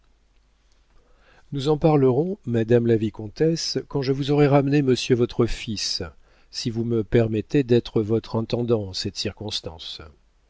nous en parlerons madame la vicomtesse quand je vous aurai ramené monsieur votre fils si vous me permettez d'être votre intendant en cette circonstance